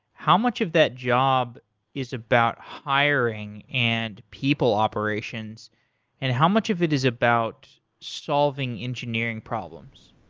how much of that job is about hiring and people operations and how much of it is about solving engineering problems?